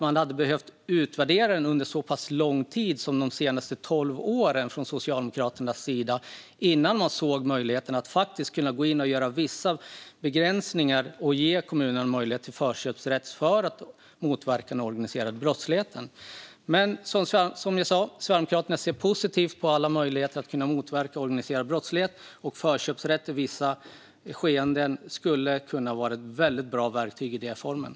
Man har behövt utvärdera lagstiftningen under en så pass lång tid som de senaste tolv åren från Socialdemokraternas sida innan man såg möjligheten att gå in och göra vissa begränsningar. Det handlar om att ge kommunen möjlighet till förköpsrätt för att motverka den organiserade brottsligheten. Som jag sa ser Sverigedemokraterna positivt på alla möjligheter att motverka organiserad brottslighet. Förköpsrätt i vissa former skulle kunna vara ett väldigt bra verktyg i det fallet.